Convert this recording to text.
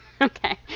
Okay